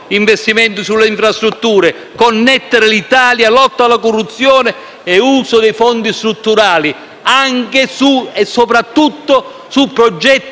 Investimenti sulle infrastrutture: connettere l'Italia, lotta alla corruzione e uso dei fondi strutturali anche, e soprattutto, su progetti